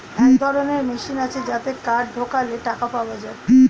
এক ধরনের মেশিন আছে যাতে কার্ড ঢোকালে টাকা পাওয়া যায়